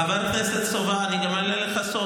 חבר הכנסת סובה, אני אגלה לך סוד.